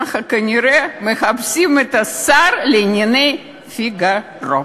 כך כנראה מחפשים את השר לענייני פיגארו,